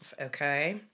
okay